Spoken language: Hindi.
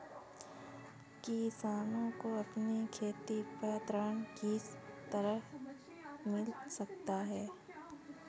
किसानों को अपनी खेती पर ऋण किस तरह मिल सकता है?